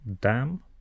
dam